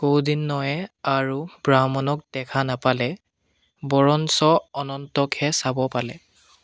কৌণ্ডিণ্যয়ে আৰু ব্ৰাহ্মণক দেখা নাপালে বৰঞ্চ অনন্তকহে চাব পালে